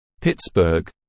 Pittsburgh